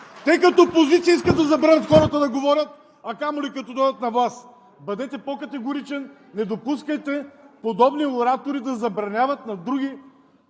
Те като опозиция искат да забранят хората да говорят, а камо ли като дойдат на власт! Бъдете по-категоричен, не допускайте подобни оратори да забраняват на други